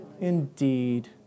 indeed